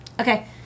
Okay